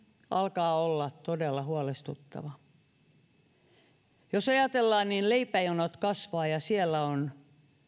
alkaa olla todella huolestuttava leipäjonot kasvavat ja siellä on